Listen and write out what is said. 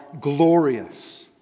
glorious